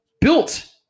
built